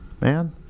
man